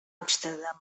amsterdam